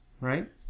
right